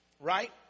right